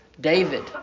David